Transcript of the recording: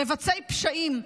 "מבצעי פשעים",